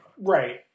right